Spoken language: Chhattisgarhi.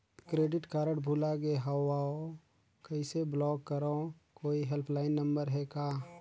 क्रेडिट कारड भुला गे हववं कइसे ब्लाक करव? कोई हेल्पलाइन नंबर हे का?